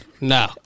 No